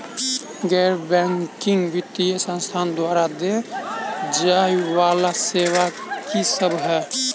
गैर बैंकिंग वित्तीय संस्थान द्वारा देय जाए वला सेवा की सब है?